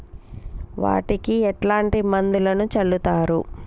వాటికి ఎట్లాంటి మందులను చల్లుతరు?